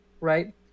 right